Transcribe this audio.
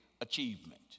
achievement